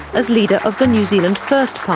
as leader of the new zealand first party.